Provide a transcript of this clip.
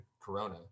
Corona